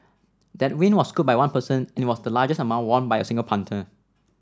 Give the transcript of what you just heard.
that win was scooped by one person and it was the largest amount won by a single punter